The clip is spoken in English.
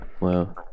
Wow